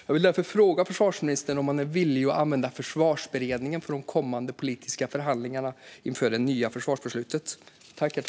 Jag vill därför fråga försvarsministern om han är villig att använda Försvarsberedningen för de kommande politiska förhandlingarna inför det nya försvarsbeslutet.